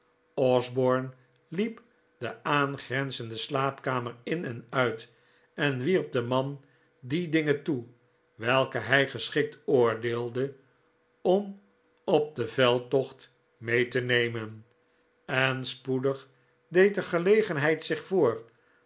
liep de aangrenzende slaapkamer in en uit en wierp den man die dingen toe welke hij geschikt oordeelde om op den veldtocht mee te nemen en spoedig deed de gelegenheid zich voor